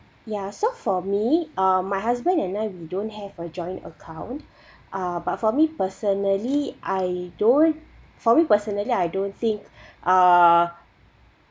ya so for me uh my husband and I we don't have a joint account uh but for me personally I don't for me personally I don't think uh